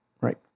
right